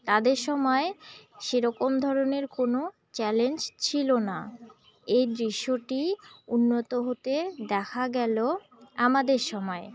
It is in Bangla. তাদের সময় সেরকম ধরনের কোনো চ্যালেঞ্জ ছিল না এই দৃশ্যটি উন্নত হতে দেখা গেল আমাদের সময়